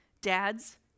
dads